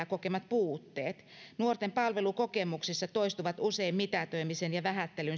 kokemat puutteet nuorten palvelukokemuksissa toistuvat usein mitätöimisen ja vähättelyn